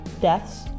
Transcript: deaths